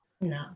No